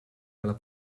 nella